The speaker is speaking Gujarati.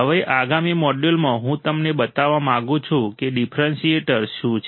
હવે આગામી મોડ્યુલમાં હું તમને બતાવવા માંગુ છું કે ડિફરન્શિએટર શું છે